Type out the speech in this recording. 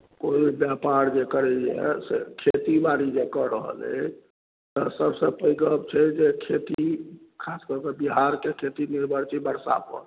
कोइ व्यापर जे करैए से खेती बाड़ी जे कऽ रहल अछि तऽ सभसँ पैघ गप छै जे खेती खास कऽ कऽ बिहारके खेती निर्भर छै वर्षापर